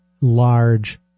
large